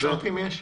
כמה משרתים יש?